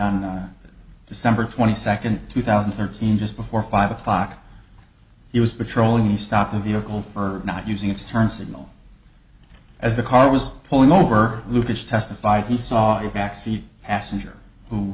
on december twenty second two thousand and thirteen just before five o'clock he was patrolling the stop a vehicle for not using its turn signal as the car was pulling over lucas testified he saw a back seat passenger who